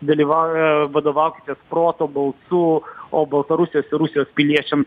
dalyvauja vadovaukitės proto balsu o baltarusijos ir rusijos piliečiam